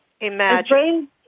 Imagine